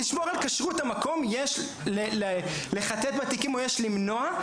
לשמור על כשרות המקום יש לחטט בתיקים או יש למנוע,